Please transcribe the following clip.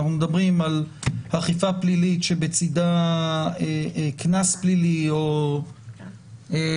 אנחנו מדברים על אכיפה פלילית שבצידה קנס פלילי או מאסר,